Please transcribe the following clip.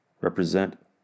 represent